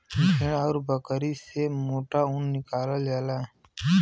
भेड़ आउर बकरी से मोटा ऊन निकालल जाला